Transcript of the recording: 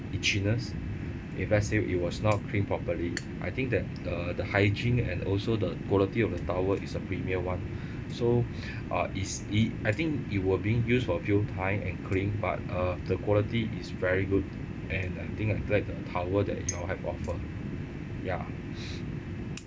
itchiness if let's say it was not cleaned properly I think that uh the hygiene and also the quality of the towel is a premier [one] so uh is it I think it were being used for a few time and cleaned but uh the quality is very good and I think I'd like the towel that you have offer ya